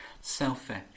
selfish